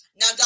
Now